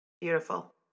Beautiful